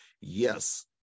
yes